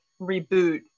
reboot